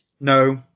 no